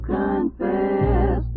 confess